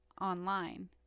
online